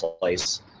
place